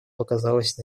показалась